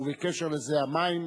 ובקשר לזה המים.